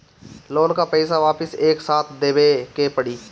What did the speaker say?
Loan का पईसा वापिस एक साथ देबेके पड़ी?